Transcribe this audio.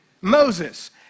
Moses